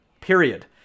period